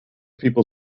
people